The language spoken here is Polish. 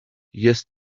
jest